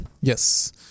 yes